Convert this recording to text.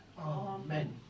Amen